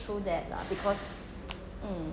true that lah because